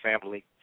family